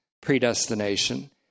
predestination